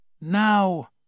Now